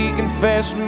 confess